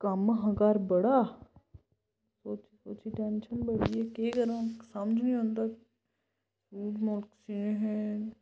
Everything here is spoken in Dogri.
कम्म हा घर बड़ा उसी उसी टैंशन बनी गेई केह् करां हून समझ नी औंदा मोल्ख